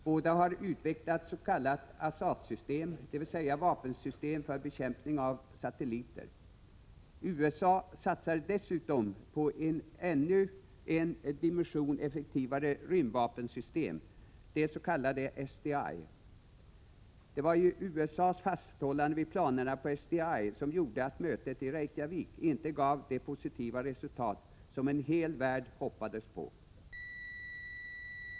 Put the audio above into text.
Båda har utvecklat s.k. ASAT-system, dvs. vapensystem för bekämpning av satelliter. USA satsar dessutom på ännu en dimension effektivare rymdvapensystem, dets.k. SDI. Det var ju USA:s fasthållande vid planerna på SDI som gjorde att mötet i Reykjavik inte gav det positiva resultat som en hel värld hoppades på.